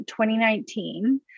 2019